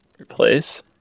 Replace